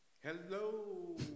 Hello